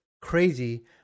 crazy